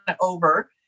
over